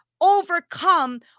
overcome